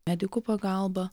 medikų pagalba